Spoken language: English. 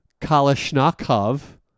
Kalashnikov